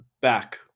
back